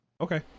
okay